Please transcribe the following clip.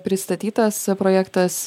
pristatytas projektas